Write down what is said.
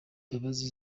imbabazi